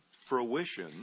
fruition